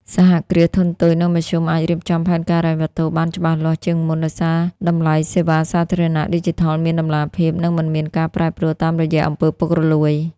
សហគ្រាសធុនតូច និងមធ្យមអាចរៀបចំផែនការហិរញ្ញវត្ថុបានច្បាស់លាស់ជាងមុន ដោយសារតម្លៃសេវាសាធារណៈឌីជីថលមានតម្លាភាព និងមិនមានការប្រែប្រួលតាមរយៈ អំពើពុករលួយ។